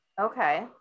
Okay